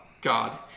God